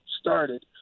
started